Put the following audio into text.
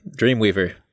Dreamweaver